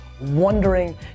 wondering